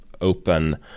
open